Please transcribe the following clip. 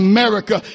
America